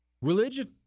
religion